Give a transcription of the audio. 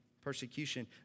persecution